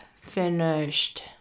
finished